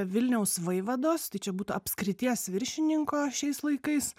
vilniaus vaivados tai čia būtų apskrities viršininko šiais laikais